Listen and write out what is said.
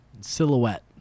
Silhouette